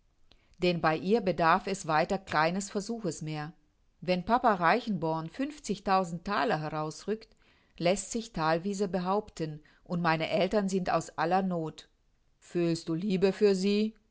denn bei ihr bedarf es weiter keines versuches mehr wenn papa reichenborn fünfzigtausend thaler herausrückt läßt sich thalwiese behaupten und meine eltern sind aus aller noth fühlst du liebe für sie